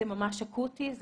זה ממש אקוטי.